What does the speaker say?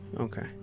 Okay